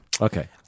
Okay